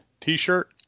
t-shirt